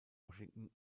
washington